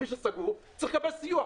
מי שסגור צריך לקבל סיוע.